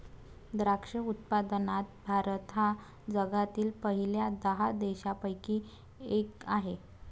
द्राक्ष उत्पादनात भारत हा जगातील पहिल्या दहा देशांपैकी एक आहे